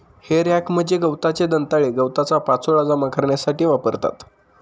हे रॅक म्हणजे गवताचे दंताळे गवताचा पाचोळा जमा करण्यासाठी वापरतात